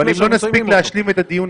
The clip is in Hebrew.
אבל אם לא נספיק להשלים את הדיון,